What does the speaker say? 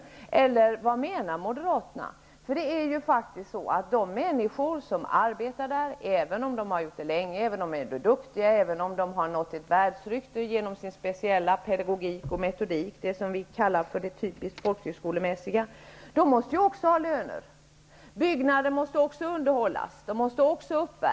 Eller vad menar Moderaterna? De människor som arbetar på folkhögskolorna måste ju också ha löner, även om de har arbetat där länge, även om de är duktiga och även om de har nått ett världsrykte genom sin speciella pedagogik och metodik -- det vi kallar det typiskt folkhögskolemässiga. Byggnader måste också underhållas och värmas upp.